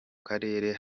karere